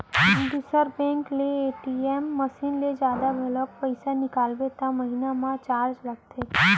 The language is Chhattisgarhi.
दूसर बेंक के ए.टी.एम मसीन ले जादा घांव पइसा निकालबे त महिना म चारज लगथे